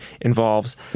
involves